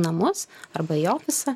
namus arba į ofisą